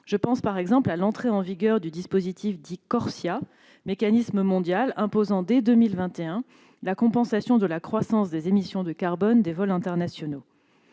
Je pense par exemple à l'entrée en vigueur du dispositif dit Corsia, mécanisme mondial imposant dès 2021 la compensation de la croissance des émissions de carbone des vols internationaux.